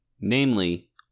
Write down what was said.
namely